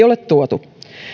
ole tuotu